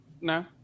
No